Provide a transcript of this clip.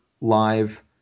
Live